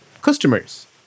customers